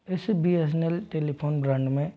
वैसे B S N L telephone brand में